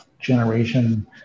generation